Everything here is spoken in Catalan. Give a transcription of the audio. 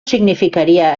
significaria